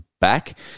Back